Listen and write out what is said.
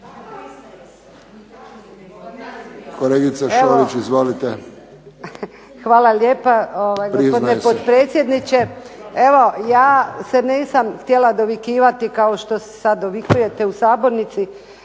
**Šolić, Božica (HDZ)** Hvala lijepa gospodine potpredsjedniče. Evo ja se nisam htjela dovikivati kao što se sad dovikujete u sabornici